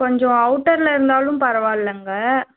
கொஞ்சம் அவுட்டரில் இருந்தாலும் பரவாயில்லங்க